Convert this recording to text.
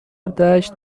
دشت